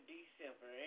December